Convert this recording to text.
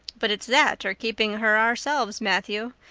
but it's that or keeping her ourselves, matthew.